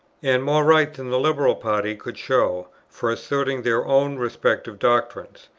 and more right than the liberal party could show, for asserting their own respective doctrines.